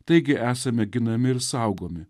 taigi esame ginami ir saugomi